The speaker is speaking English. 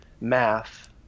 math